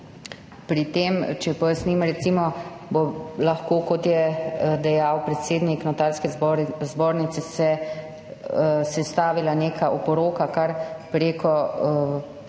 Pri tem, če pojasnim, se bo recimo lahko, kot je dejal predsednik Notarske zbornice, sestavila neka oporoka kar preko